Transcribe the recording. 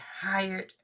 hired